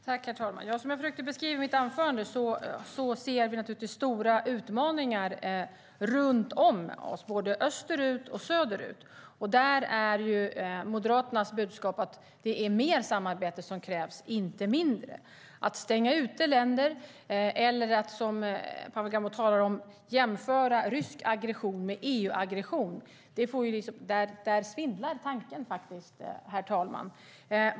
Herr talman! Som jag försökte beskriva i mitt anförande ser vi naturligtvis stora utmaningar runt om oss, både österut och söderut. Där är Moderaternas budskap att det är mer samarbete som krävs, inte mindre. Att stänga ute länder eller att, som Pavel Gamov, jämföra rysk aggression med EU-aggression är något som faktiskt får tanken att svindla.